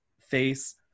face